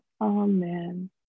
Amen